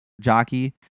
jockey